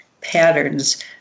patterns